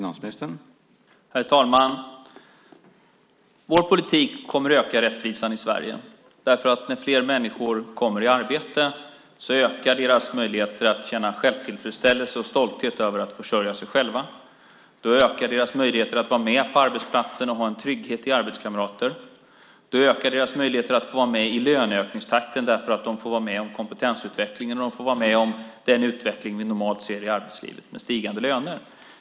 Herr talman! Vår politik kommer att öka rättvisan i Sverige, för när fler människor kommer i arbete ökar deras möjligheter att känna tillfredsställelse och stolthet över att försörja sig själva. Då ökar deras möjligheter att vara med på arbetsplatsen och ha en trygghet i arbetskamrater. Då ökar deras möjligheter att få vara med i löneökningstakten. De får vara med om kompetensutvecklingen, och de får vara med om den utveckling vi normalt ser i arbetslivet med stigande löner.